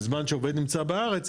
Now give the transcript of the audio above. בזמן שהעובד נמצא בארץ,